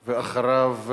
ואחריו,